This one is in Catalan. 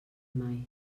mai